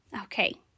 Okay